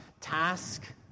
task